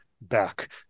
back